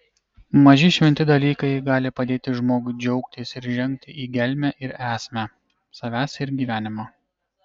maži šventi dalykai gali padėti žmogui džiaugtis ir žengti į gelmę ir esmę savęs ir gyvenimo